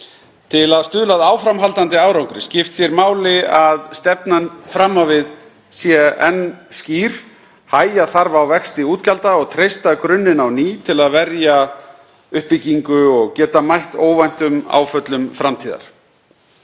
Til að stuðla að áframhaldandi árangri skiptir máli að stefnan fram á við sé enn skýr. Hægja þarf á vexti útgjalda og treysta grunninn á ný til að verja uppbyggingu og geta mætt óvæntum áföllum framtíðar.